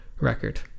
record